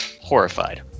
horrified